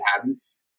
habits